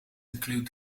included